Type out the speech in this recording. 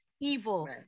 evil